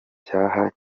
cyaha